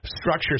structure